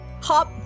hop